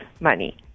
money